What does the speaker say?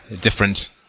different